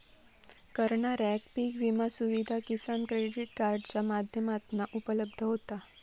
करणाऱ्याक पीक विमा सुविधा किसान क्रेडीट कार्डाच्या माध्यमातना उपलब्ध होता